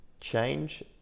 change